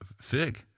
fig